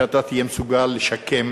שאתה תהיה מסוגל לשקם